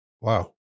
wow